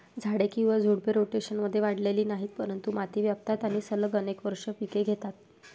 झाडे किंवा झुडपे, रोटेशनमध्ये वाढलेली नाहीत, परंतु माती व्यापतात आणि सलग अनेक वर्षे पिके घेतात